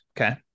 okay